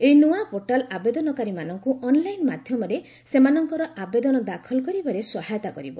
ଏହି ନୂଆ ପୋର୍ଟାଲ୍ ଆବେଦନକାରୀମାନଙ୍କୁ ଅନ୍ଲାଇନ୍ ମାଧ୍ୟମରେ ସେମାନଙ୍କର ଆବେଦନ ଦାଖଲ କରିବାରେ ସହାୟତା କରିବ